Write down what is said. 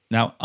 Now